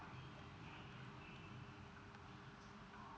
mm